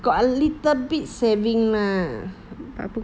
got a little bit saving lah